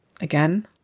again